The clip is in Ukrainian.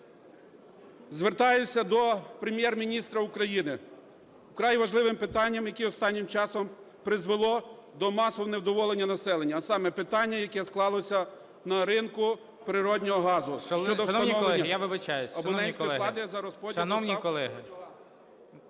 звертаюсь до Прем'єр-міністра України із вкрай важливим питанням, яке останнім часом призвело до масового невдоволення населення. А саме: питання, яке склалось на ринку природного газу,